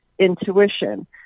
intuition